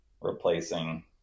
replacing